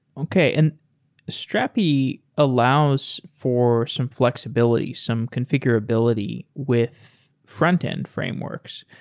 okay. and strapi allows for some flexibility, some configurability with frontend frameworks.